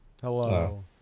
Hello